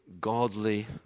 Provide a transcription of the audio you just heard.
godly